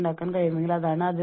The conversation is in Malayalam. കാരണം ഞാൻ വളരെ ക്ഷീണിതനാണ്